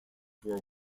were